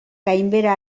gainbehera